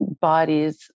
bodies